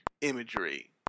imagery